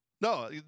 No